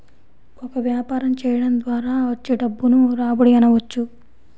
ఒక వ్యాపారం చేయడం ద్వారా వచ్చే డబ్బును రాబడి అనవచ్చు